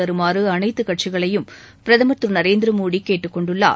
தருமாறு அனைத்துக் கட்சிகளையும் பிரதமர் திரு நரேந்திரமோடி கேட்டுக் கொண்டுள்ளார்